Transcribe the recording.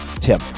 Tim